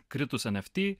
kritus nft